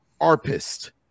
arpist